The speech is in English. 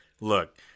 Look